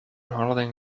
holding